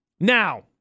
Now